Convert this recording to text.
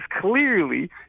clearly